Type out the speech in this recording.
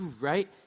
right